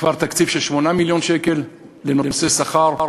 כבר תקציב של 8 מיליון שקל, לנושא שכר,